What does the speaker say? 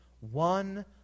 One